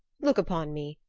look upon me!